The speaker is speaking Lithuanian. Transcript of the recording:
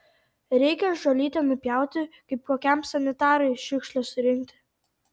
reikia žolytę nupjauti kaip kokiam sanitarui šiukšles surinkti